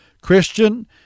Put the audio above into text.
Christian